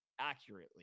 accurately